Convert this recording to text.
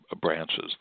branches